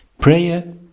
Prayer